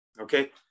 Okay